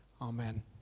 amen